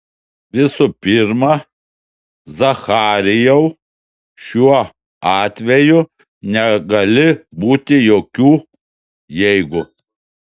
visų pirma zacharijau šiuo atveju negali būti jokių jeigu